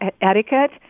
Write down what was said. etiquette